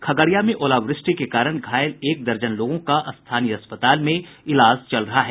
खगड़िया में ओलावृष्टि के कारण घायल एक दर्जन लोगों का स्थानीय अस्पताल में इलाज चल रहा है